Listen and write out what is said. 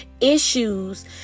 issues